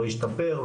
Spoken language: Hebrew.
לא השתפר,